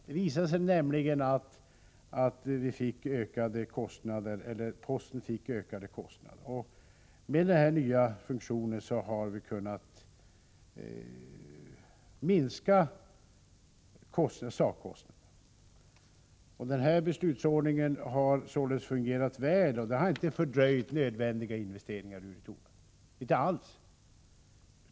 Det visade sig nämligen att posten hade fått ökade kostnader, och med den nya funktionen har vi kunnat minska dessa. Den beslutsordningen har således fungerat väl, och det har inte alls fördröjt nödvändiga investeringar, Rune Torwald.